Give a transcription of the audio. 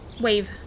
Wave